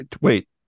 Wait